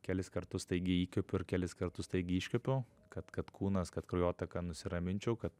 kelis kartus staigiai įkvepiu ir kelis kartus staigiai iškvepiu kad kad kūnas kad kraujotaka nusiraminčiau kad